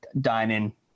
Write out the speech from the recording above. dining